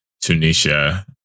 Tunisia